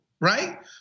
Right